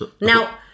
Now